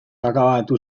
akabatu